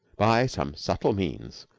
by some subtle means,